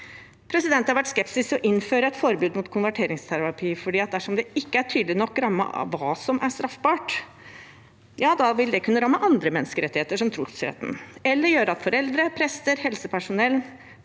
Det har vært skepsis mot å innføre et forbud mot konverteringsterapi, for dersom det ikke er tydelig nok rammet inn hva som er straffbart, vil det kunne ramme andre menneskerettigheter, som trosfriheten, eller gjøre at foreldre, prester, helsepersonell